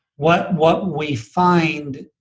what what we find